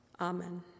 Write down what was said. Amen